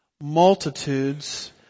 multitudes